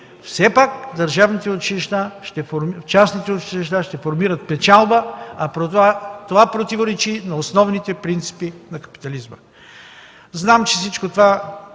все пак частните училища ще формират печалба, а това противоречи на основните принципи на капитализма. Зная, че всичко това